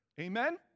Amen